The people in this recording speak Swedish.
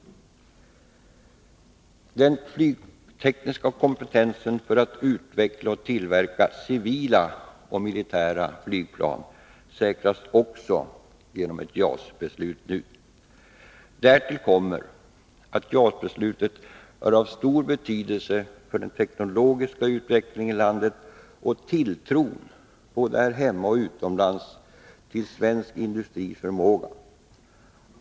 Också den flygtekniska kompetensen för att utveckla och tillverka civila och militära flygplan säkras genom ett JAS-beslut nu. Därtill kommer att JAS-beslutet är av stor betydelse för den teknologiska utvecklingen i landet och för tilltron både här hemma och utomlands till svensk industris förmåga.